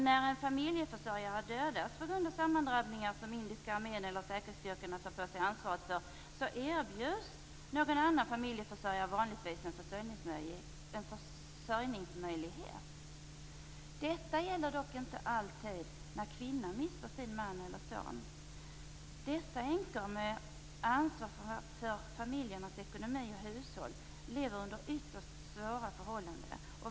När en familjeförsörjare dödas på grund av sammandrabbningar, som indiska armen eller säkerhetsstyrkorna tar på sig ansvaret för, erbjuds vanligtvis någon annan familjeförsörjare en försörjningsmöjlighet. Detta gäller dock inte alltid när kvinnan mister sin man eller son. Dessa änkor, med ansvar för familjernas ekonomi och hushåll, lever under ytterst svåra förhållanden.